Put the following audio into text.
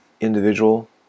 individual